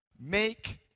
Make